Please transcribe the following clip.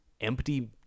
empty